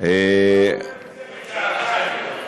את זה בגאווה.